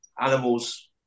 animals